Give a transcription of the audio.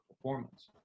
performance